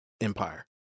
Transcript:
Empire